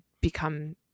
become